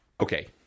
Okay